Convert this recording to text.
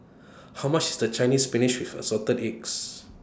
How much IS The Chinese Spinach with Assorted Eggs